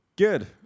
good